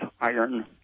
iron